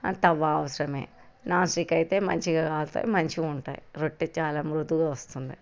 తవ్వ అవసరమే నాస్టిక్ అయితే మంచిగా కాలుతాయి మంచిగా ఉంటాయి రొట్టెలు చాలా మృదువు వస్తుంది